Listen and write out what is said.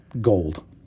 gold